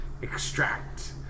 extract